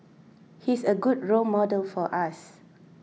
he's a good role model for us